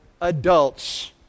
adults